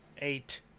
Eight